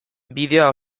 bideoa